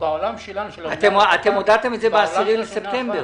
אתם הודעתם את זה ב-10 בספטמבר.